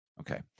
Okay